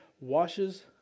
washes